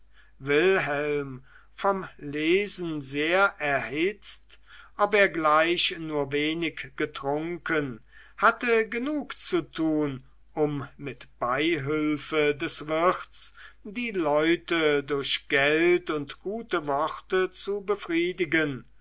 wilhelm vom lesen sehr erhitzt ob er gleich nur wenig getrunken hatte genug zu tun um mit beihülfe des wirts die leute durch geld und gute worte zu befriedigen